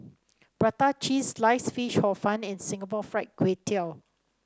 Prata Cheese Sliced Fish Hor Fun and Singapore Fried Kway Tiao